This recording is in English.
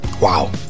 Wow